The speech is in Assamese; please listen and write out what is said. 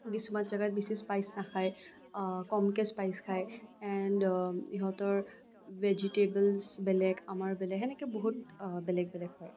কিছুমান জাগাত বেছি স্পাইচ নাখায় কমকে স্পাইচ খায় এণ্ড ইহঁতৰ ভেজিটেবলচ্ বেলেগ আমাৰ বেলেগ সেনেকে বহুত বেলেগ বেলেগ